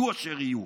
יהיו אשר יהיו.